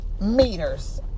meters